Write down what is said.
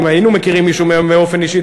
אם היינו מכירים מישהו מהם באופן אישי,